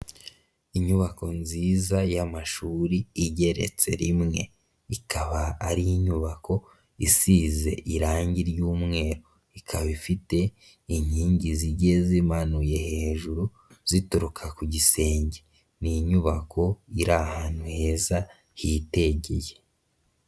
Inyubako nziza y'amashuri igeretse rimwe, ikaba ari inyubako isize irangi ry'umweru, ikaba ifite inkingi zigiye zimanuye hejuru zituruka ku gisenge, ni inyubako iri ahantu heza hitegeye.